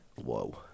Whoa